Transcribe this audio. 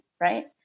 right